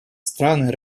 страны